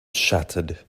shattered